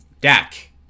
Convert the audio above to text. Dak